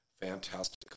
fantastic